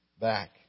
back